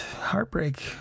heartbreak